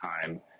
time